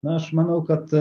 na aš manau kad